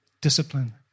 discipline